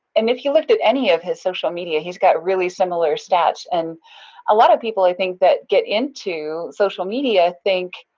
and if you looked at any of his social media, he's got really similar stats, and a lot of people i think that get into social media think,